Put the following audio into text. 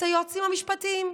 את היועצים המשפטים,